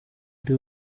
ari